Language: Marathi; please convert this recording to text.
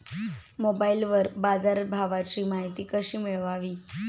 मोबाइलवर बाजारभावाची माहिती कशी मिळवावी?